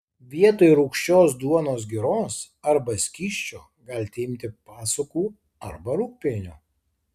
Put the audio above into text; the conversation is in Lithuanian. vietoj rūgščios duonos giros arba skysčio galite imti pasukų arba rūgpienio